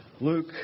Luke